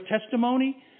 testimony